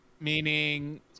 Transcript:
Meaning